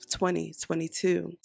2022